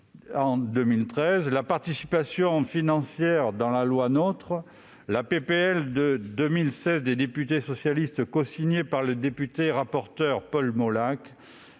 en 2013, la participation financière dans la loi NOTRe, la proposition de loi des députés socialistes de 2016, cosignée par le député-rapporteur Paul Molac,